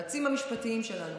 היועצים המשפטיים שלנו,